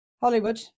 Hollywood